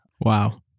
Wow